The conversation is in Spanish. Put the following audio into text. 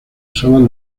usaban